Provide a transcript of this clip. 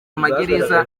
amagereza